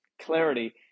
clarity